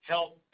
help